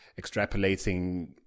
extrapolating